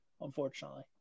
Unfortunately